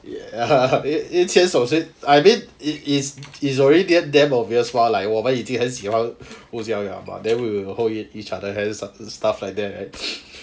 ya 一牵手所以 I mean is is already damn obvious [what] like 我们已经很喜欢互相了 but then we will hold each other hand stuff stuff like that right